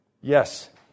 Yes